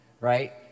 right